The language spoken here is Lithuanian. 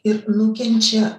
ir nukenčia